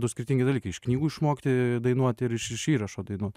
du skirtingi dalykai iš knygų išmokti dainuoti ir iš iš įrašo dainuot